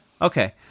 Okay